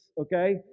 okay